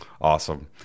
Awesome